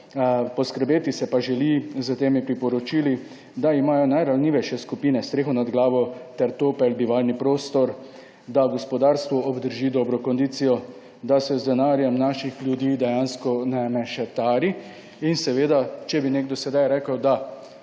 poskrbeti se pa želi s temi priporočili, da imajo najranljivejše skupine streho nad glavo ter topel bivalni prostor, da gospodarstvo obdrži dobro kondicijo, da se z denarjem naših ljudi dejansko ne mešetari in seveda, če bi nekdo sedaj rekel, da